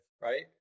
right